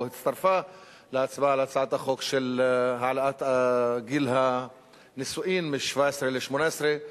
או הצטרפה להצבעה על הצעת החוק של העלאת גיל הנישואים מ-17 ל-18.